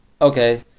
Okay